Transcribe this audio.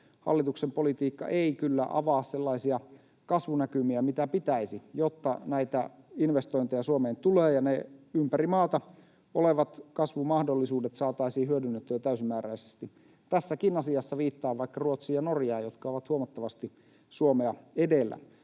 hallituksen politiikka ei kyllä avaa sellaisia kasvunäkymiä kuin pitäisi, jotta näitä investointeja Suomeen tulee ja ne ympäri maata olevat kasvumahdollisuudet saataisiin hyödynnettyä täysimääräisesti. Tässäkin asiassa viittaan vaikka Ruotsiin ja Norjaan, jotka ovat huomattavasti Suomea edellä.